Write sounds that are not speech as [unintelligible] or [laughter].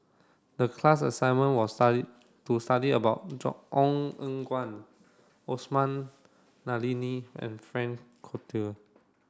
the class assignment was study to study about [unintelligible] Ong Eng Guan Osman Zailani and Frank Cloutier